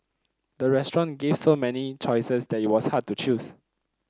the restaurant gave so many choices that it was hard to choose